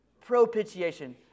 Propitiation